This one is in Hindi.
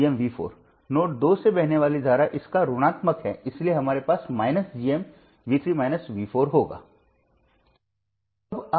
नोड 2 से बहने वाली धारा इसका ऋणात्मक है इसलिए हमारे पास GM होगा